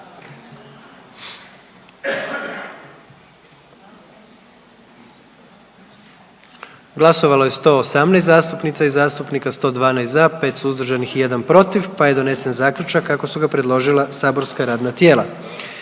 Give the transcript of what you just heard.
Glasovalo je 122 zastupnica i zastupnika, 77 za, 45 suzdržanih, pa je donesen zaključak kako su ga predložila saborska radna tijela.